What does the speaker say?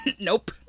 Nope